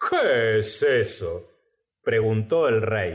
qué es esot preguntó el rey